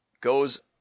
goes